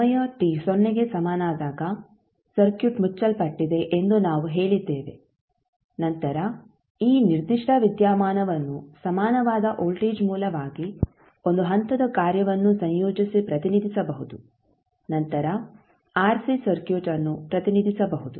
ಸಮಯ t ಸೊನ್ನೆಗೆ ಸಮನಾದಾಗ ಸರ್ಕ್ಯೂಟ್ ಮುಚ್ಚಲ್ಪಟ್ಟಿದೆ ಎಂದು ನಾವು ಹೇಳಿದ್ದೇವೆ ನಂತರ ಈ ನಿರ್ದಿಷ್ಟ ವಿದ್ಯಮಾನವನ್ನು ಸಮಾನವಾದ ವೋಲ್ಟೇಜ್ ಮೂಲವಾಗಿ ಒಂದು ಹಂತದ ಕಾರ್ಯವನ್ನು ಸಂಯೋಜಿಸಿ ಪ್ರತಿನಿಧಿಸಬಹುದು ನಂತರ ಆರ್ಸಿ ಸರ್ಕ್ಯೂಟ್ಅನ್ನು ಪ್ರತಿನಿಧಿಸಬಹುದು